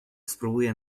spróbuję